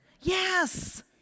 Yes